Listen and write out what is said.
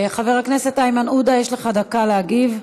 חבר הכנסת איימן עודה, יש לך דקה להגיב.